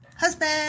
Husband